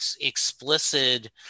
explicit